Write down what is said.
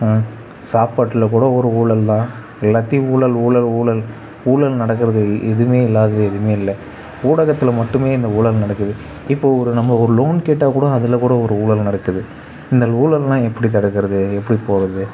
ஆ சாப்பாட்டில் கூட ஒரு ஊழல்தான் எல்லாத்தேயும் ஊழல் ஊழல் ஊழல் ஊழல் நடக்கிறது எதுவுமே இல்லாதது எதுவுமே இல்லை ஊடகத்தில் மட்டுமே இந்த ஊழல் நடக்குது இப்போ ஒரு நம்ம ஒரு லோன் கேட்டால் கூட அதில் கூட ஒரு ஊழல் நடக்குது இந்த ஊழல்லாம் எப்படி தடுக்கிறது எப்படி போகிறது